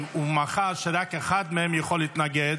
ומאחר שרק אחד מהם יכול להתנגד,